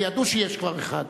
כי ידעו שיש כבר אחד.